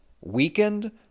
Weakened